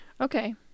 Okay